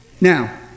now